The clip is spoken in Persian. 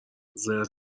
زرت